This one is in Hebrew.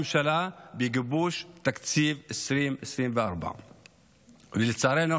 הממשלה בגיבוש תקציב 2024". לצערנו,